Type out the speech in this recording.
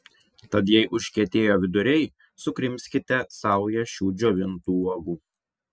tad jei užkietėjo viduriai sukrimskite saują šių džiovintų uogų